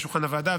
לשולחן המליאה,